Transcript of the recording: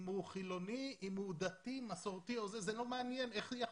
אם הוא חילוני, אם הוא דתי, מסורתי, זה לא מעניין.